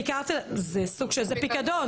זה סוג, זה פיקדון.